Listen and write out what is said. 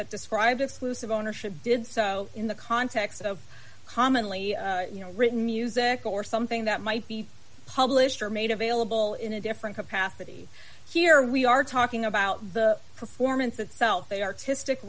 that described exclusive ownership did so in the context of commonly you know written music or something that might be published or made available in a different capacity here we are talking about the performance itself a artistic